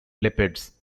lipids